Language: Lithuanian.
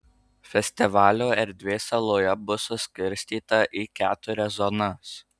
festivalio erdvė saloje bus suskirstyta į keturias zonas